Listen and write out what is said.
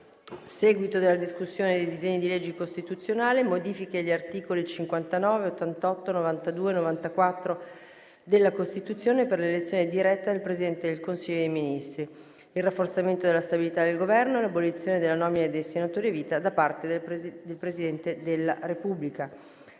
apre una nuova finestra") ***Modifiche agli articoli 59, 88, 92 e 94 della Costituzione per l'elezione diretta del Presidente del Consiglio dei ministri, il rafforzamento della stabilità del Governo e l'abolizione della nomina dei senatori a vita da parte del Presidente della Repubblica***